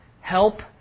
help